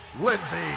Lindsay